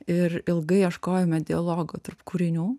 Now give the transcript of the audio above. ir ilgai ieškojome dialogo tarp kūrinių